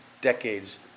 decades